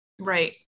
right